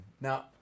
Now